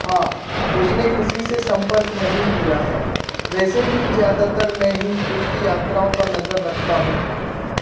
हाँ उसने किसी से सम्पर्क नहीं किया है वैसे भी ज़्यादातर मैं ही उसकी यात्राओं पर नज़र रखता हूँ